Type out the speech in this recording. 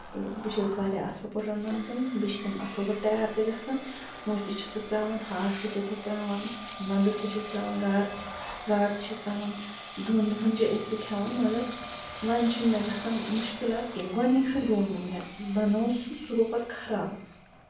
تہٕ بہٕ چھَس واریاہ اَصٕل پٲٹھۍ رَنان تِم بیٚیہِ چھِ تِم اَصٕل پٲٹھۍ تَیار تہِ گژھان مُجۍ تہِ چھےٚ سَکھ تراوان ہاکھ تہِ چھےٚ سَکھ تراوان نَدُر تہِ چھَس تراوان گارٕ گاڈٕ تہِ چھَس تراوان دۄن دۄہَن چھِ أسۍ سُہ کھٮ۪وان مَگر وۄنۍ چھُنہٕ مےٚ گژھان مُشکِلات کیٚنہہ گۄڈٕنِک پھِرِ گوٚو نہٕ مےٚ بَنوو سُہ سُہ گوٚو پَتہٕ خراب